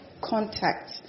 contact